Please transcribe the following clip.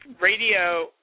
radio